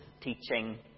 teaching